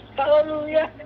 hallelujah